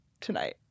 tonight